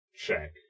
check